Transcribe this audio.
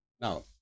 now